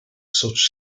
such